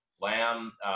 Lamb